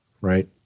right